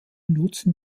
nutzen